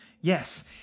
Yes